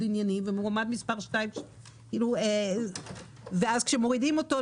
עניינים ומועמד מספר שתיים לא ואז כשמורידים אותו,